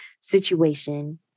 situation